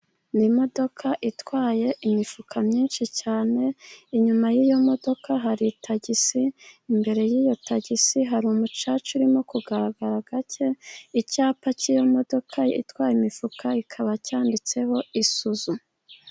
N'imodoka itwaye imifuka myinshi cyane, inyuma y'iyo modoka hari tagisi, imbere y'iyo tagisi hari umucaca urimo kugaragara gake, icyapa cy'iyo modoka itwaye imifuka kikaba cyanditseho isuzu.